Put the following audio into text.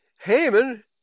Haman